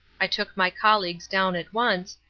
i took my colleagues down at once,